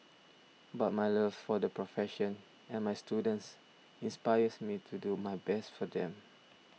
but my love for the profession and my students inspires me to do my best for them